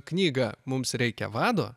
knygą mums reikia vado